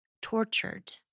tortured